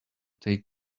take